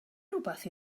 rywbeth